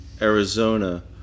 Arizona